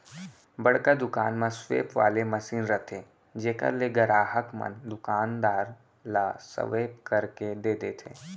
बड़का दुकान म स्वेप वाले मसीन रथे जेकर ले गराहक मन दुकानदार ल स्वेप करके दे देथे